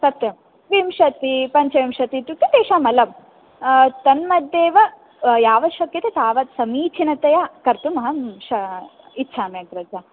सत्यं विंशतिः पञ्चविंशतिः इत्युक्ते तेषाम् अलं तन्मध्येव व यावत् शक्यते तावत् समीचीनतया कर्तुम् अहं श इच्छामि अग्रज